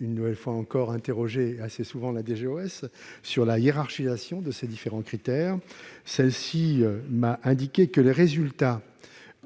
amendements, j'ai interrogé la DGOS sur la hiérarchisation de ces différents critères. Elle m'a indiqué que les résultats